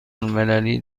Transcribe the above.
المللی